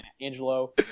Angelo